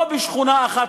לא בשכונה אחת,